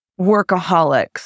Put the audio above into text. workaholics